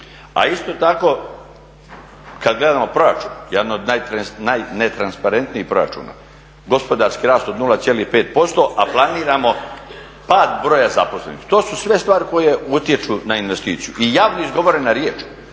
a isto tako kad gledamo proračun, jedan od najnetransparentnijih proračuna, gospodarski rast od 0,5%, a planiramo pad broja zaposlenih. To su sve stvari koje utječu na investiciju i javno izgovorena riječ.